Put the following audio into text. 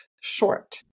short